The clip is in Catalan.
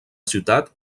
ciutat